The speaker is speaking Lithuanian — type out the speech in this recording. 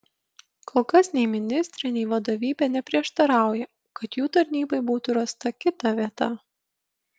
kol kas nei ministrė nei vadovybė neprieštarauja kad jų tarnybai būtų rasta kita vieta